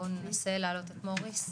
מוריס.